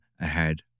ahead